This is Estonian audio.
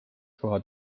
kohad